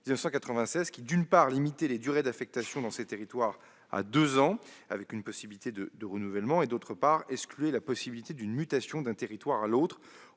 1996, qui, d'une part, limitaient les durées d'affectation dans ces territoires à deux ans, avec une possibilité de renouvellement, et, d'autre part, excluaient la possibilité d'une mutation d'un territoire à l'autre